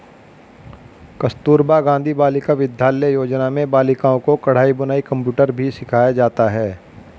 कस्तूरबा गाँधी बालिका विद्यालय योजना में बालिकाओं को कढ़ाई बुनाई कंप्यूटर भी सिखाया जाता है